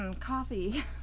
coffee